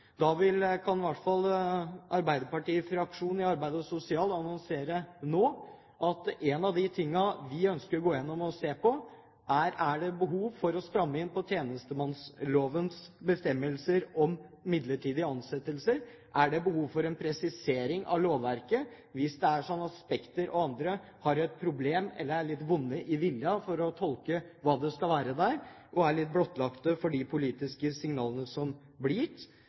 Da kan i hvert fall arbeiderpartifraksjonen i arbeids- og sosialkomiteen annonsere nå at en av de tingene vi ønsker å gå igjennom og å se på, er: Er det behov for å stramme inn på tjenestemannslovens bestemmelser om midlertidige ansettelser? Er det behov for en presisering av lovverket, hvis det er sånn at Spekter og andre har et problem, eller har litt vond vilje når det gjelder å tolke hva som skal være der, og er litt blottstilt med hensyn til de politiske signalene som blir gitt?